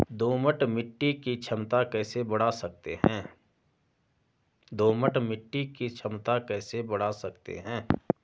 दोमट मिट्टी की क्षमता कैसे बड़ा सकते हैं?